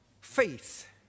faith